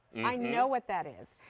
i know what that is.